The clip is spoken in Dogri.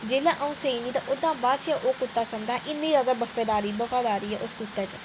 जेह्लै अ'ऊं सेई जन्नी ओह्दे बाद गै ओह् कुत्ता सौंदा इन्नी बफादारी ऐ उस कुत्ते च